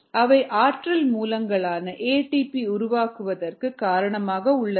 அவை ஆற்றல் மூலங்களான ஏடிபி உருவாவதற்கு காரணமாக உள்ளன